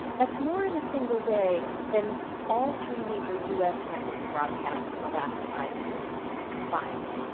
that's more in a single day than all three major u s. networks broadcast in the last five years combined.